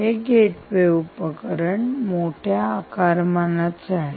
हे गेटवे उपकरण मोठ्या आकारमानाचे आहे